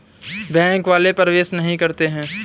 Bank वाले प्रवेश नहीं करते हैं?